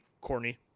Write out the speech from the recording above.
corny